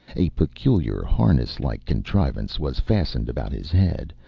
a peculiar harness-like contrivance was fastened about his head,